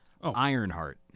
Ironheart